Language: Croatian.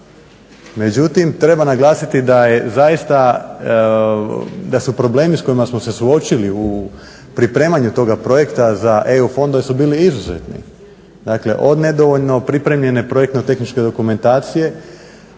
Međutim, treba naglasiti da je zaista da su problemi s kojima smo se suočili u pripremanju toga projekta za EU fondove su bili izuzetni. Dakle, od nedovoljno pripremljene projektno-tehničke dokumentacije,